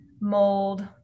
mold